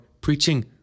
preaching